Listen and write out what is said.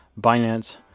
Binance